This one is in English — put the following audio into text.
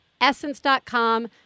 Essence.com